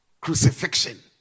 crucifixion